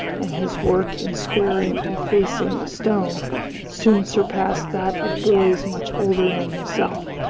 and his work in squaring and facing a stone soon surpassed that of boys much older than himself.